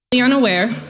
unaware